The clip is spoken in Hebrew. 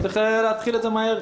צריך להתחיל את זה מהר.